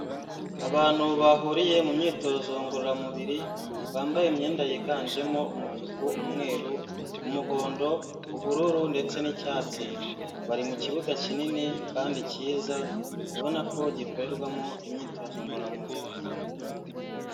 Abantu bahuriye mu myitozo ngororamubiri bambaye imyenda yiganjemo: umutuku, umweru, umuhondo, ubururu, ndetse n'icyatsi, bari mu kibuga kinini kandi cyiza ubona ko gikorerwamo imyitozo ngororamubiri.